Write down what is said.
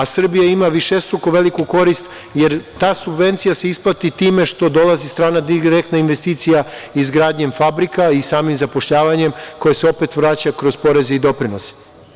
Srbija ima višestruko veliku korist, jer ta subvencija se isplati time što dolazi strana direktna investicija izgradnjom fabrika i samim zapošljavanjem koje se opet vraća kroz poreze i doprinose.